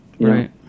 Right